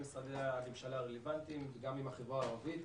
משרדי הממשלה הרלוונטיים וגם עם החברה הערבית.